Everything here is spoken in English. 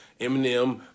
Eminem